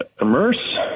immerse